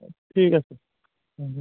ঠিক আছে